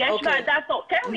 כן.